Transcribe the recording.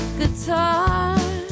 guitar